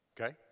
okay